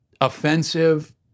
offensive